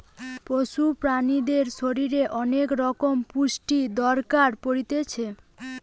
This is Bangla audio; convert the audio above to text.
পশু প্রাণীদের শরীরের অনেক রকমের পুষ্টির দরকার পড়তিছে